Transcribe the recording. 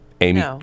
Amy